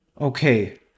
Okay